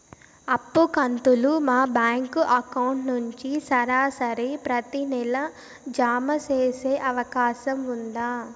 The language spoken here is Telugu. అప్పు కంతులు మా బ్యాంకు అకౌంట్ నుంచి సరాసరి ప్రతి నెల జామ సేసే అవకాశం ఉందా?